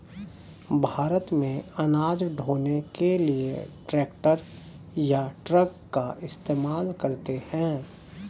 भारत में अनाज ढ़ोने के लिए ट्रैक्टर या ट्रक का इस्तेमाल करते हैं